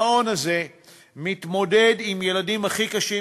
המעון הזה מתמודד עם הילדים הכי קשים,